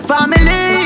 Family